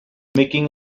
making